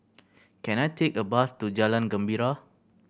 can I take a bus to Jalan Gembira